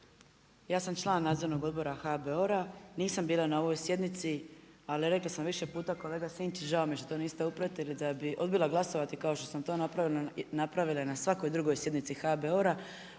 Ja sam član nadzornog odbora HBOR-a, nisam bila na ovoj sjednici, ali rekla sam više puta, kolega Sinčić, žao mije što to niste opratili, da bi odbila glasovati kao što sam napravila i na svakoj drugoj sjednici HBOR-a.